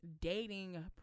dating